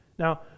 Now